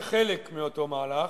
כחלק מאותו מהלך,